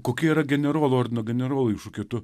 kokie yra generolo ar nuo generolo iššūkių tu